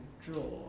draw